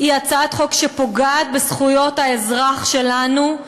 הצעת חוק שפוגעת בזכויות האזרח שלנו.